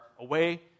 away